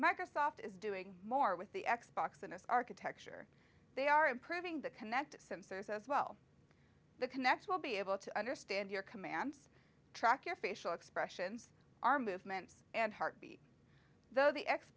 microsoft is doing more with the x box in its architecture they are improving the connected sensors as well the connect will be able to understand your commands track your facial expressions our movements and heartbeat though the x